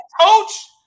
Coach